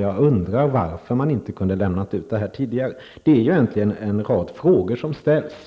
Jag undrar varför man inte kunde lämna ut det tidigare. Det är egentligen en rad frågor som ställs.